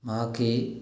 ꯃꯍꯥꯛꯀꯤ